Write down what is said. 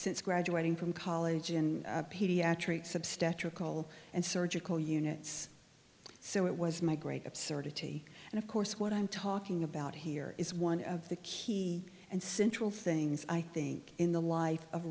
since graduating from college in pediatrics obstetrical and surgical units so it was my great absurdity and of course what i'm talking about here is one of the key and central things i think in the life of